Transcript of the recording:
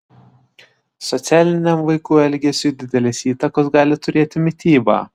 socialiniam vaikų elgesiui didelės įtakos gali turėti mityba